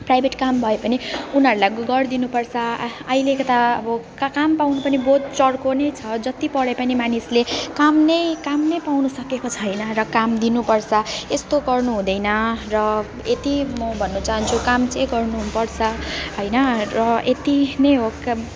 private काम भए पनि उनीहरूलाई ग गरिदिनु पर्छ अ अहिलेको त अब का काम पाउनु पनि बहुत चर्को नै छ जति पढे पनि मानिसले काम नै काम नै पाउनसकेको छैन र काम दिनुपर्छ यस्तो गर्नुहुँदैन र यत्ति म भन्न चाहन्छु काम चाहिँ गर्नुपर्छ होइन र यत्ति नै हो